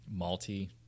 malty